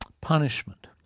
punishment